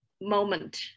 moment